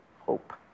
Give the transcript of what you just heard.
HOPE